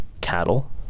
cattle